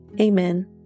Amen